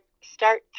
start